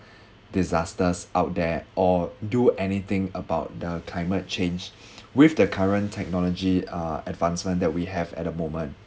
disasters out there or do anything about the climate change with the current technology uh advancement that we have at the moment